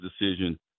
decision